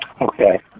Okay